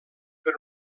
per